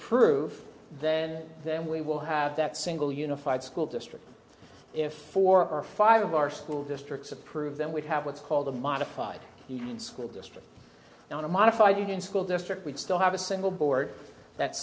proof then then we will have that single unified school district if four or five of our school districts approve then we'd have what's called a modified union school district and a modified even school district would still have a single board that